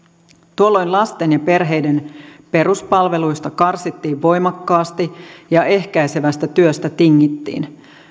tuolloin lasten ja perheiden peruspalveluista karsittiin voimakkaasti ja ehkäisevästä työstä tingittiin